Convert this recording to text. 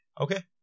okay